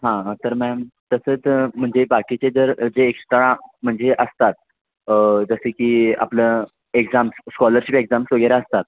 हां हा तर मॅम तसंच म्हणजे बाकीचे जर जे एक स्थळं म्हणजे असतात जसे की आपलं एक्झाम्स स्कॉलरशिप एक्झाम्स वगैरे असतात